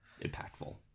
impactful